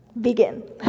begin